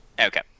Okay